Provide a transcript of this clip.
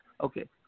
Okay